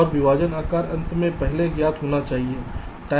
और विभाजन आकार अंत से पहले ज्ञात होना चाहिए